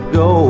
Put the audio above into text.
go